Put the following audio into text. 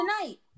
Tonight